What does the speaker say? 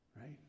right